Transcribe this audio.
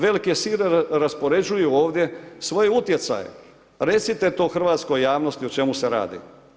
Velike sile raspoređuju ovdje svoje utjecaje, recite to hrvatskoj javnosti o čemu se radi.